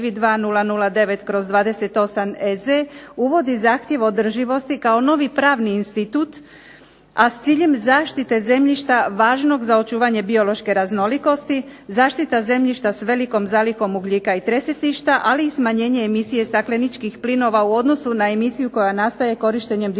uvodi zahtjev održivosti, kao novi pravni institut, a s ciljem zaštite zemljišta važnog za očuvanje biološke raznolikosti, zaštita zemljišta s velikom zalihom ugljika i tresetišta, ali i smanjenje emisije stakleničkih plinova u odnosu na emisiju koja nastaje korištenjem dizelskog